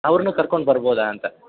ಅವ್ರನ್ನೂ ಕರ್ಕೊಂಡು ಬರ್ಬೋದಾ ಅಂತ